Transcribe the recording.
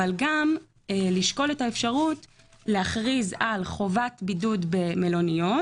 אבל גם לשקול את האפשרות להכריז על חובת בידוד במלוניות